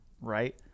right